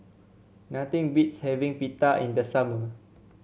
nothing beats having Pita in the summer